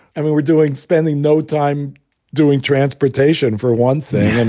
i mean, we're doing spending no time doing transportation, for one thing. and